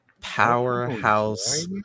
Powerhouse